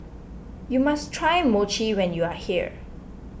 you must try Mochi when you are here